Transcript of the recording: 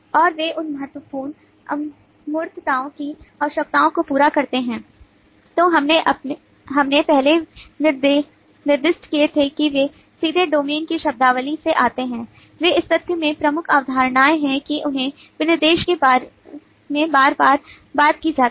और वे उन महत्वपूर्ण अमूर्तताओं की आवश्यकताओं को पूरा करते हैं जो हमने पहले निर्दिष्ट किए थे कि वे सीधे डोमेन की शब्दावली से आते हैं वे इस तथ्य में प्रमुख अवधारणाएं हैं कि उन्हें विनिर्देश में बार बार बात की जाती है